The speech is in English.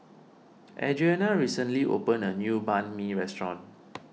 Adrianna recently opened a new Banh Mi restaurant